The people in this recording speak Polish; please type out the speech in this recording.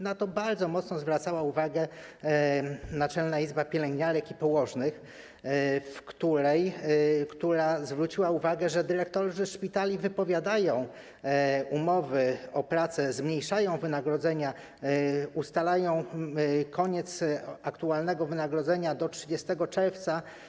Na to bardzo mocno zwracała uwagę Naczelna Izba Pielęgniarek i Położnych, która podkreśliła, że dyrektorzy szpitali wypowiadają umowy o pracę, zmniejszają wynagrodzenia, ustalają koniec aktualnego wynagrodzenia do 30 czerwca.